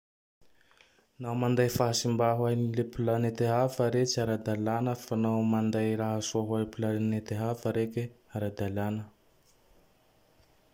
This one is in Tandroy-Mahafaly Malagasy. Nao manday fahasimba ho an'ny le plenete hafa rehe tsy ara-dalàna. Fa nao manday raha soa ho a planeta reke ara-dalàna.